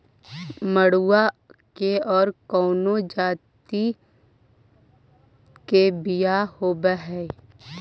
मडूया के और कौनो जाति के बियाह होव हैं?